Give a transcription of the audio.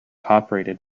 operated